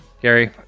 Gary